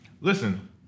Listen